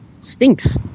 stinks